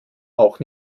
auch